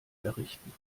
errichten